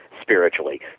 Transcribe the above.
spiritually